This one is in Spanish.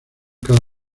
cada